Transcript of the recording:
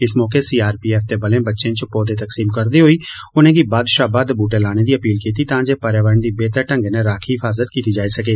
इस मौके सीआरपीएफ दे बले बच्चे च पौधे तकसीम करदे होई उनेंगी बद्द शा बद्द बूहटे लाने दी अपील कीती तां जे पर्यावरण दी बेहतर ढ़ंग्गै नै राखी कीती जाई सकै